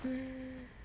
mm